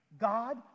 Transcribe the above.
god